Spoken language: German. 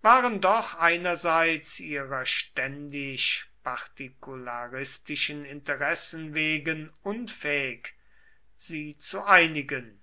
waren doch einerseits ihrer ständisch partikularistischen interessen wegen unfähig sie zu einigen